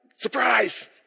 Surprise